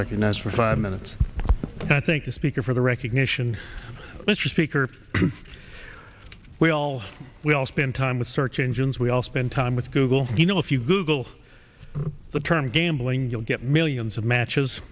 recognized for five minutes i think the speaker for the recognition mr speaker we all we all spend time with search engines we all spend time with google you know if you google the term gambling you'll get millions of matches